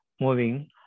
moving